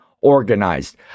organized